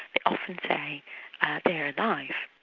they often say they're alive.